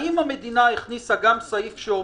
האם המדינה הכניסה גם סעיף שאומר,